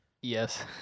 Yes